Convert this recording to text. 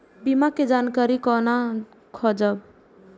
बीमा के जानकारी कोना खोजब?